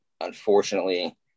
unfortunately